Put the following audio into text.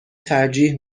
ترجیح